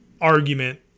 argument